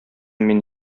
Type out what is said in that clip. мин